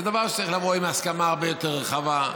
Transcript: זה דבר שצריך לבוא בהסכמה הרבה יותר רחבה.